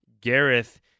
Gareth